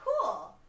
cool